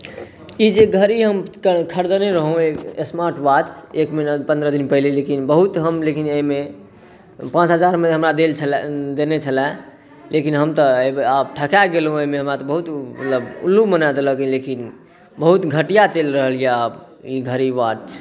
ई जे घड़ी हम खरिदने रहौँ स्मार्ट वाच एक महिना पनरह दिन पहिने लेकिन बहुत हम लेकिन बहुत हम एहिमे पाँच हजारमे हमरा देल छलै देने छलै लेकिन हम तऽ ठका गेलहुँ बहुत मतलब उल्लू बना देलक बहुत घटिआ चलि रहल अइ आब ई घड़ी वाच